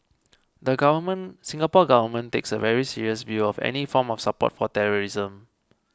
the government Singapore Government takes a very serious view of any form of support for terrorism